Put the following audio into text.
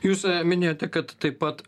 jūs minėjote kad taip pat